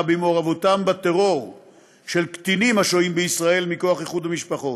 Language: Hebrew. במעורבותם בטרור של קטינים השוהים בישראל מכוח איחוד משפחות,